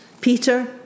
Peter